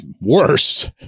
worse –